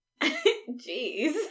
Jeez